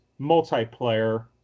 multiplayer